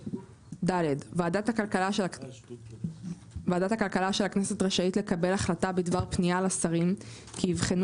(ד) ועדת הכלכלה של הכנסת רשאית לקבל החלטה בדבר פנייה לשרים כי יבחנו